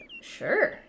sure